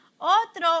Otro